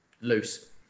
loose